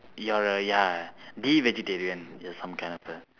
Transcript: you are a ya the vegetarian just some kind of a